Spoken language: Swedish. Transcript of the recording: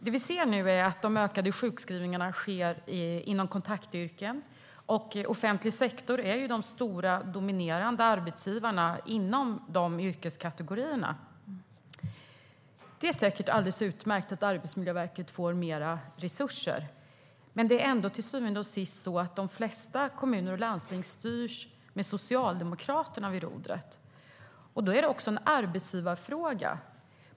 Det vi ser nu är att de ökade sjukskrivningarna sker inom kontaktyrken, och offentlig sektor är de stora, dominerande arbetsgivarna inom de yrkeskategorierna. Det är säkert alldeles utmärkt att Arbetsmiljöverket får mer resurser. Men till syvende och sist styrs ändå de flesta kommuner och landsting med Socialdemokraterna vid rodret. Då är det också en arbetsgivarfråga.